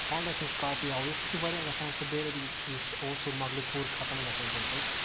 friends نِش copy سُہ چھُ واریاہ گَژھان سُہ یُس اوس سُہ مۄکلیو پوٗرٕ ختم گَژھان چھُ امہِ سۭتۍ